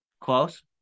close